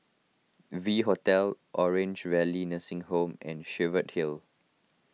V Hotel Orange Valley Nursing Home and Cheviot Hill